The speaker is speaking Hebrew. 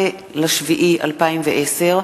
19 ביולי 2010,